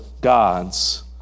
gods